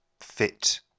fit